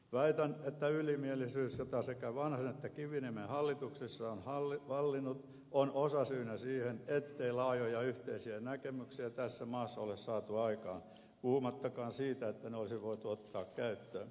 väitän että ylimielisyys jota sekä vanhasen että kiviniemen hallituksessa on vallinnut on osasyynä siihen ettei laajoja yhteisiä näkemyksiä tässä maassa ole saatu aikaan puhumattakaan siitä että ne olisi voitu ottaa käyttöön